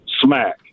smack